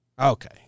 Okay